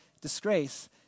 disgrace